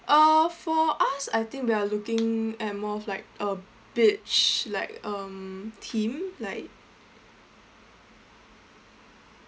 uh for us I think we're looking at more of like a beach like um theme like